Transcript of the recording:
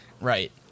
Right